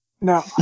No